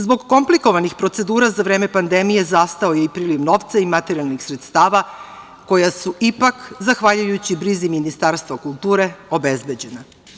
Zbog komplikovanih procedura za vreme pandemije zastao je i priliv novca i materijalnih sredstava, koja su ipak zahvaljujući brzi Ministarstva kulture obezbeđena.